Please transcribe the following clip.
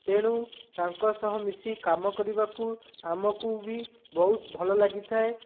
ତେଣୁ ତାଙ୍କ ସହ ମିଶି କାମକରିବାକୁ ଆମକୁ ବି ବହୁତ ଭଲ ଲାଗିଥାଏ